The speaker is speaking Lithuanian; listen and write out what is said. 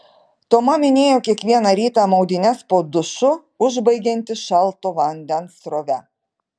toma minėjo kiekvieną rytą maudynes po dušu užbaigianti šalto vandens srove